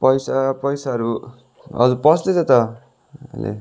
पैसा पैसाहरू हजुर पस्दै छ त अहिले